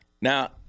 Now